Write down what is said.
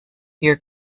your